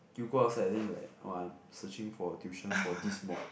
you go outside then you are like !wah! searching for tuition for this mod